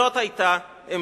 זאת היתה עמדתו.